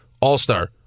All-Star